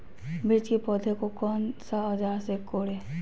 मिर्च की पौधे को कौन सा औजार से कोरे?